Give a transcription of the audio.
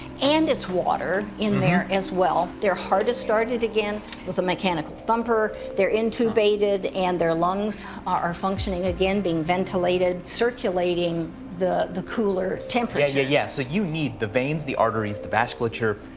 and its water in there as well. their heart is started again, with a mechanical thumper, they're intubated and their lungs are functioning again being ventilated circulating the the cooler temperature. yeah, yeah, yeah. so you need the veins, the arteries, the vasculature,